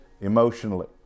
emotionally